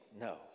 no